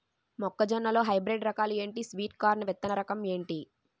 మొక్క జొన్న లో హైబ్రిడ్ రకాలు ఎంటి? స్వీట్ కార్న్ విత్తన రకం ఏంటి?